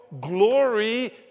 glory